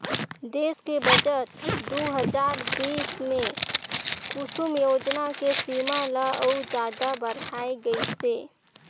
देस के बजट दू हजार बीस मे कुसुम योजना के सीमा ल अउ जादा बढाए गइसे